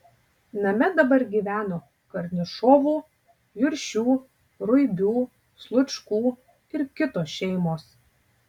name dar gyveno karnišovų juršių ruibių slučkų ir kitos šeimos